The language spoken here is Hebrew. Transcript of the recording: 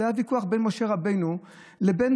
הוויכוח בין משה רבנו לבין